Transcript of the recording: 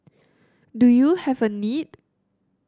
do you have a need